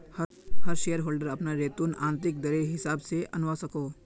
हर share holder अपना return आंतरिक दरर हिसाब से आंनवा सकोह